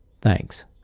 Thanks